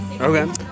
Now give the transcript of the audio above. Okay